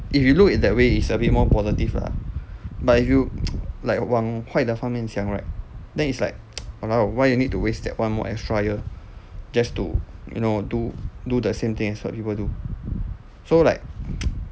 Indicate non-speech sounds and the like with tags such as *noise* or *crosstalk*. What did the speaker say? if you look in that way it's a bit more positive lah but if you *noise* like 往坏的方面想 right then it's like *noise* !walao! why you need to waste that one more extra year just to you know do do the same thing as what people do so like *noise*